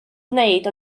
wneud